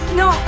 no